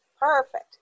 Perfect